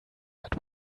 but